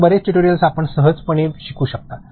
तर बरेच ट्यूटोरियल आपण हे सहजपणे शिकू शकता